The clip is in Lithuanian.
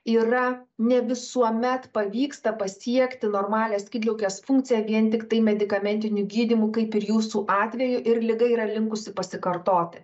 yra ne visuomet pavyksta pasiekti normalią skydliaukės funkciją vien tiktai medikamentiniu gydymu kaip ir jūsų atveju ir liga yra linkusi pasikartoti